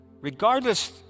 Regardless